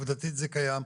עובדתית זה קיים.